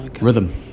Rhythm